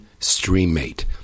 StreamMate